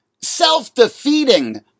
self-defeating